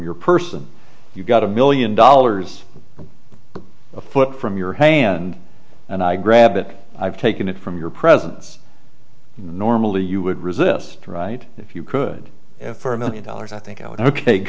your person you've got a million dollars a foot from your hand and i grab it i've taken it from your presence normally you would resist right if you could for a million dollars i think i would